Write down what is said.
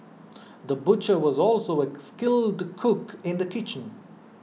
the butcher was also a skilled cook in the kitchen